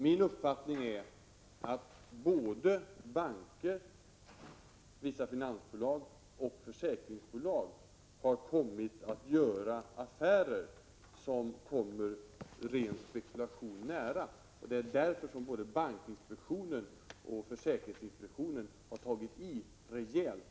Min uppfattning är att banker, vissa finansbolag och försäkringsbolag har kommit att göra affärer som kommer ren spekulation nära. Det är därför som både bankinspektionen och försäkringsinspektionen har tagit i rejält.